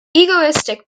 egoistic